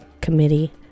committee